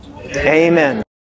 Amen